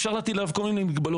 אפשר להטיל עליו כל מיני מגבלות.